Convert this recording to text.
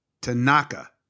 Tanaka